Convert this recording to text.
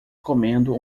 comendo